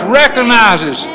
recognizes